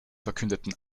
verkündeten